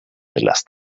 last